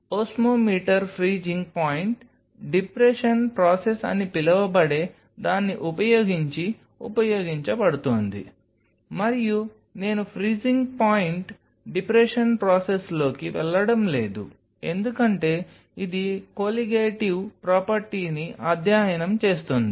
osmometer freezing point depression process అని పిలువబడే దాన్ని ఉపయోగించి ఉపయోగించబడుతోంది మరియు నేను ఫ్రీజింగ్ పాయింట్ డిప్రెషన్ ప్రాసెస్లోకి వెళ్లడం లేదు ఎందుకంటే ఇది కొలిగేటివ్ ప్రాపర్టీని అధ్యయనం చేస్తుంది